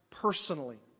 Personally